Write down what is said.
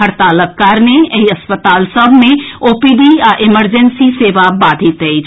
हड़तालक कारणे एहि अस्पताल सभ मे ओपीडी आ इमरजेंसी सेवा बाधित अछि